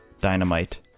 Dynamite